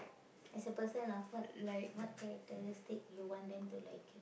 as a person of what what characteristic you want them to like you